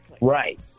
Right